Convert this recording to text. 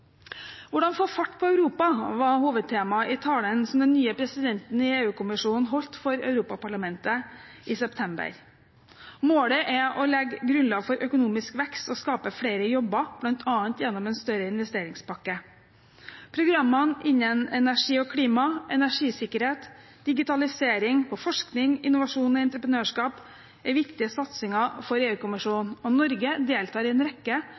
Hvordan få fart på Europa, var hovedtemaet i talen som den nye presidenten i EU-kommisjonen holdt for Europaparlamentet i september. Målet er å legge grunnlag for økonomisk vekst og å skape flere jobber, bl.a. gjennom en større investeringspakke. Programmene innen energi og klima, energisikkerhet, digitalisering på forskning, innovasjon og entreprenørskap er viktige satsinger for EU-kommisjonen. Norge deltar i en rekke